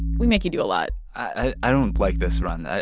we make you do a lot i i don't like this, rund. i